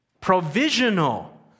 provisional